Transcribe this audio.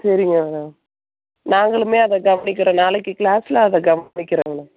சரிங்க மேடம் நாங்களுமே அதை கவனிக்கிறோம் நாளைக்கு க்ளாஸில் அதை கவனிக்கிறேன் மேம்